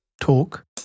talk